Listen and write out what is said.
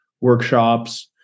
workshops